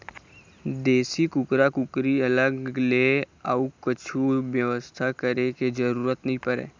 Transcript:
देसी कुकरा कुकरी अलग ले अउ कछु बेवस्था करे के जरूरत नइ परय